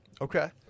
Okay